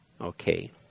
okay